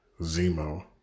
Zemo